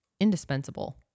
indispensable